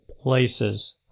places